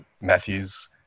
Matthew's